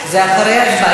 עליזה לביא,